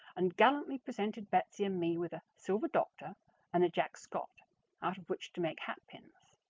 and gallantly presented betsy and me with a silver doctor and a jack scott out of which to make hatpins.